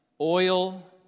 oil